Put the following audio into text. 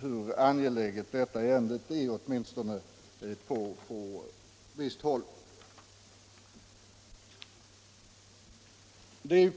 hur angeläget detta ärende är.